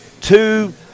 two